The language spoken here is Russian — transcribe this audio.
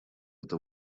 это